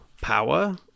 power